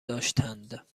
داشتند